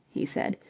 he said,